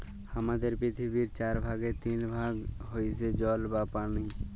হামাদের পৃথিবীর চার ভাগের তিন ভাগ হইসে জল বা পানি